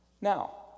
Now